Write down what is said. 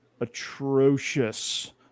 atrocious